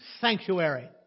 sanctuary